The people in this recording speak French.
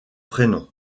prénom